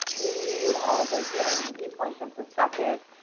you need all of those varying viewpoints and perspectives.